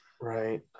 right